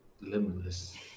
limitless